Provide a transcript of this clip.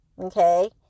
okay